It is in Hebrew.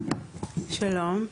שלום.